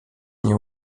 nie